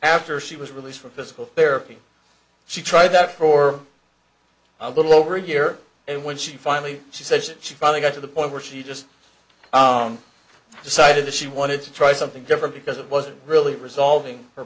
after she was released from physical therapy she tried that for a little over a year and when she finally she said she probably got to the point where she just decided she wanted to try something different because it wasn't really resolving